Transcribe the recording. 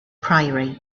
priory